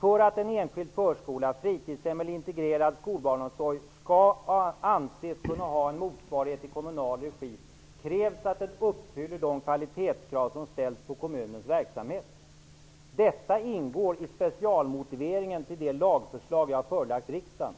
För att en enskild förskola, fritidshem eller integrerad skolbarnomsorg skall anses kunna ha en motsvarighet i kommunal regi krävs att den uppfyller de kvalitetskrav som ställs på kommunens verksamhet. Detta ingår i specialmotiveringen till det lagförslag som jag har förelagt riksdagen.